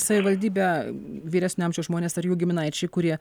savivaldybę vyresnio amžiaus žmonės ar jų giminaičiai kurie